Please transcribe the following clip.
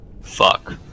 Fuck